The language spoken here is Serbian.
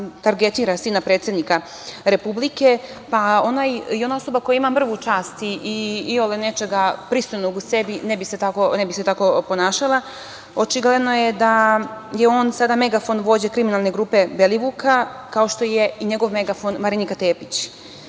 targetira sina predsednika Republike. I ona osoba koja ima mrvu časti i iole nečega pristojnog u sebi, ne se tako ponašala. Očigledno je da je on sada megafon vođe kriminalne grupe Belivuka, kao što je i njegov megafon Marinika Tepić,